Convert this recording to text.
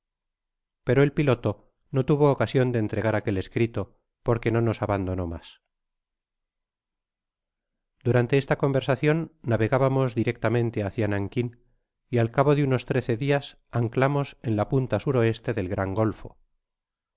pero el piloto no tuvo ocasion de entregar aquel escrito porque no nos abandonó mas durante esta conversacion navegábamos directamente hacia aqui y al cabo de uuos trece dias anclamos en la puntas o del gran golfa